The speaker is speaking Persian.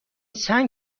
سنگ